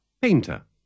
Painter